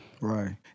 Right